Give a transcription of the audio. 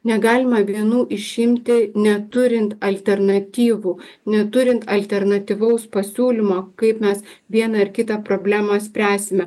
negalima vienų išimti neturint alternatyvų neturint alternatyvaus pasiūlymo kaip mes vieną ar kitą problemą spręsime